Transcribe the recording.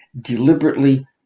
deliberately